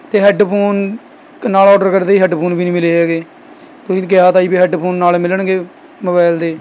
ਅਤੇ ਹੈੱਡਫੋਨ ਨਾਲ਼ ਔਡਰ ਕਰੇ ਤੇ ਜੀ ਹੈੱਡਫੋਨ ਵੀ ਨਹੀਂ ਮਿਲੇ ਹੈਗੇ ਤੁਸੀਂ ਤਾਂ ਕਿਹਾ ਤਾ ਜੀ ਵੀ ਹੈੱਡਫੋਨ ਨਾਲ਼ ਮਿਲਣਗੇ ਮੋਬਾਇਲ ਦੇ